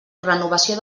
renovació